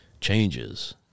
changes